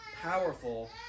powerful